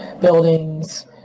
buildings